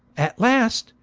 at last,